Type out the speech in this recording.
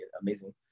amazing